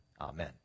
Amen